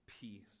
peace